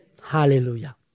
Hallelujah